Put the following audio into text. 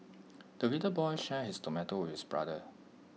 the little boy shared his tomato with brother